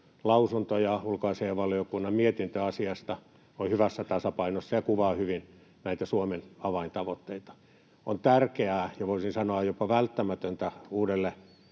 lausunto ja ulkoasiainvaliokunnan mietintö asiasta ovat hyvässä tasapainossa ja kuvaavat hyvin näitä Suomen avaintavoitteita. On tärkeää — ja voisin sanoa jopa, että välttämätöntä — uudelle